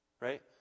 right